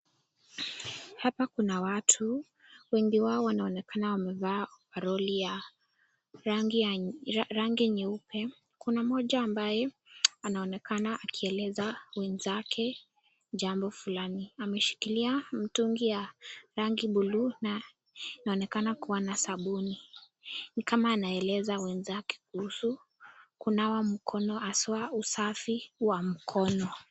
Hapa kuna watu, wengi wao wanaonekana wamevalia ovaroli ya rangi nyeupe. Kuna mmoja ambaye anaonekana akieleza wenzake jambo fulani. Ameshikilia mtungi ya rangi ya buluu na inaonekana kuwa na sabuni ni kama anaweza wenzake kuhusu kunawa mkono haswa usafi wa mkono.